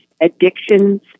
addictions